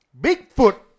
Bigfoot